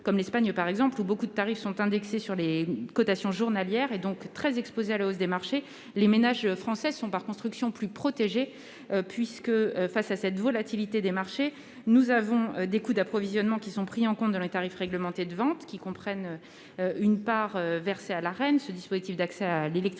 comme l'Espagne, où de nombreux tarifs sont indexés sur les cotations journalières et, donc, très exposés à la hausse des marchés, les ménages français sont, par construction, plus protégés face à cette volatilité des marchés. En effet, dans les coûts d'approvisionnement sont pris en compte les tarifs réglementés de vente, qui comprennent une part versée à l'Arenh, ce dispositif d'accès régulé à l'électricité